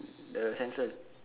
the centrum